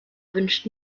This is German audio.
wünscht